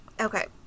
Okay